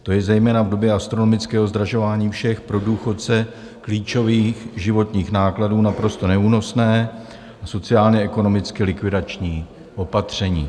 To je zejména v době astronomického zdražování všech pro důchodce klíčových životních nákladů naprosto neúnosné a sociálněekonomicky likvidační opatření.